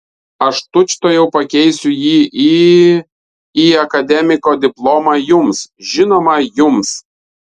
aš tučtuojau pakeisiu jį į į akademiko diplomą jums žinoma jums